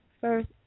First